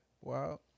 Wow